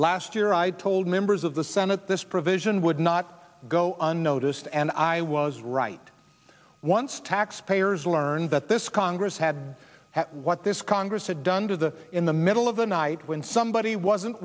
last year i told members of the senate this provision would not go unnoticed and i was right once taxpayers learned that this congress had what this congress had done to the in the middle of the night when somebody wasn't